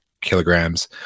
kilograms